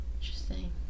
Interesting